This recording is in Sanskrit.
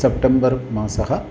सप्टम्बर् मासः